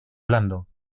blando